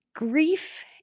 Grief